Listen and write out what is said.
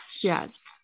Yes